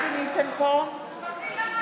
אתה נגד שוויון, פטין?